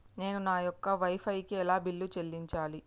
నేను నా యొక్క వై ఫై కి ఎలా బిల్లు చెల్లించాలి?